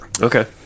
Okay